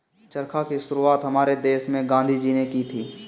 चरखा की शुरुआत हमारे देश में गांधी जी ने की थी